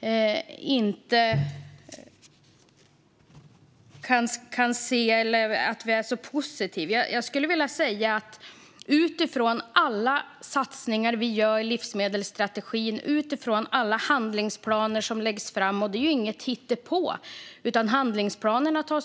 är så positiva vill jag säga att alla våra satsningar i livsmedelsstrategin och alla handlingsplaner som läggs fram är vad som efterfrågas. Handlingsplanerna är inget hittepå.